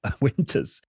winters